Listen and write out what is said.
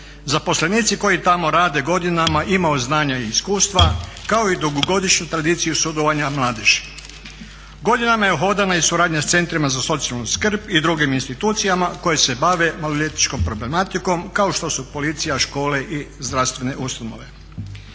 Zaposlenici koji tamo rade godinama imaju znanja i iskustva kao i dugogodišnju tradiciju sudovanja mladeži. Godinama je uhodana i suradnja sa centrima za socijalnu skrb i drugim institucijama koje se bave maloljetničkom problematikom kao što su policija, škole i zdravstvene ustanove.